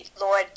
Lord